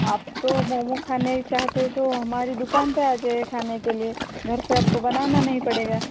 आप तो मोमो खाने चाहते तो हमारी दुकान पर आ जाइए खाने के लिए घर पर आप को बनाना नहीं पड़ेगा